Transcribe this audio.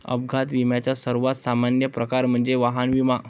अपघात विम्याचा सर्वात सामान्य प्रकार म्हणजे वाहन विमा